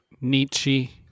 nietzsche